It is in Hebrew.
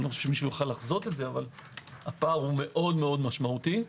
הוא מאוד משמעותי.